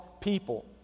people